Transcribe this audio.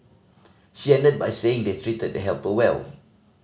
she ended by saying they treated the helper well